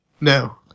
no